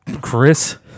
Chris